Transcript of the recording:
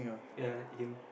ya him